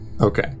okay